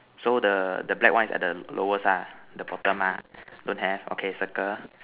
so the the black one is at the lowest ah the bottom ah don't have okay circle